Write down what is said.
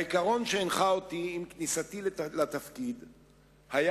העיקרון שהנחה אותי עם כניסתי לתפקיד היה,